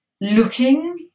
looking